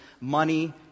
money